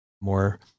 more